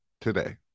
today